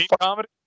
comedy